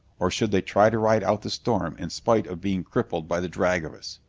or should they try to ride out the storm in spite of being crippled by the drag of us?